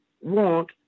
want